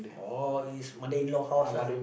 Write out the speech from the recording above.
oh is mother in law house lah